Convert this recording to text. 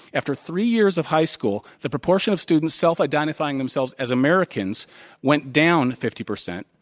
after three years of high school, the proportion of students self-identifying themselves as americans went down fifty percent.